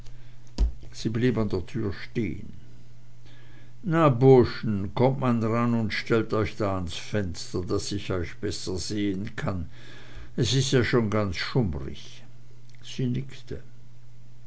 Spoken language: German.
sie blieb an der tür stehen na buschen kommt man ran oder stellt euch da ans fenster daß ich euch besser sehn kann es ist ja schon ganz schummrig